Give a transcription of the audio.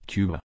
Cuba